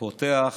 פותח